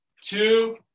two